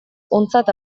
ontzat